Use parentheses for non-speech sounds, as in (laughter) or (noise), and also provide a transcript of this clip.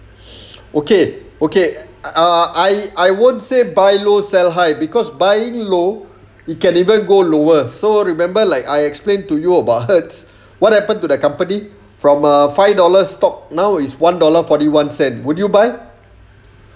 (breath) okay okay ah I I won't say buy low sell high because buying low it can even go lower so remember like I explain to you about HERTZ what happened to the company from a five dollar stock now is one dollar forty one cent would you buy